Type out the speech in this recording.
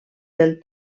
del